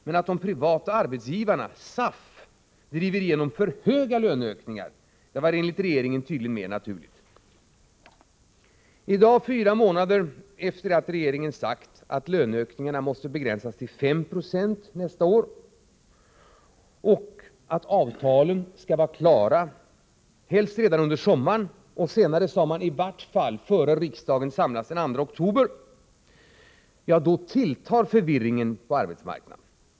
Men att de privata arbetsgivarna, SAF, driver igenom för höga löneökningar var tydligen enligt regeringen mer naturligt. I dag, fyra månader efter det att regeringen sagt att löneökningarna måste begränsas till 5 Zo nästa år och att avtalen skall vara klara helst redan under sommaren — senare sade man att de i vart fall skulle vara klara innan riksdagen samlades den 2 oktober — tilltar förvirringen på arbetsmarknaden.